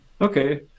Okay